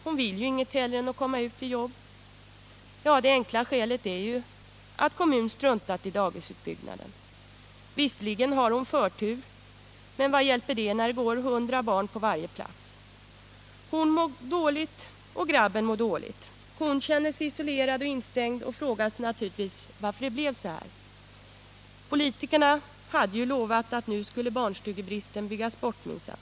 Hon vill ju ingenting hellre än att komma ut i jobb. Det enkla skälet är att kommunen struntat i dagisutbyggnaden. Visserligen har hon förtur, men vad hjälper det när det går hundra barn på varje plats. Hon mår dåligt — grabben mår dåligt. Hon känner sig isolerad och instängd och frågar sig naturligtvis varför det blev så här. Politikerna hade ju lovat att nu skulle barnstugebristen byggas bort minsann.